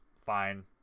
fine